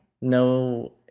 No